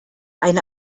eine